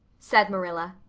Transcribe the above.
said marilla.